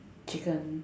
chicken